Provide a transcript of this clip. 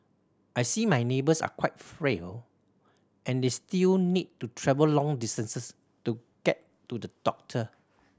I see my neighbours are quite frail and they still need to travel long distances to get to the doctor